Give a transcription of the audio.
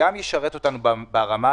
הייתה החלטה.